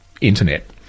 internet